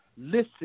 Listen